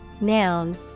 noun